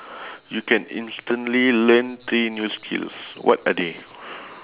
you can instantly learn three new skills what are they